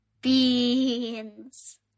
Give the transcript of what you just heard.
Beans